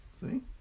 See